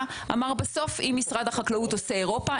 אמר בסוף אם משרד החקלאות עושה אירופה,